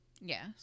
Yes